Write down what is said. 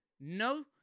no